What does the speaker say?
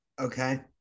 Okay